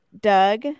Doug